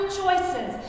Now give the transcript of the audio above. choices